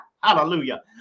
Hallelujah